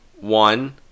One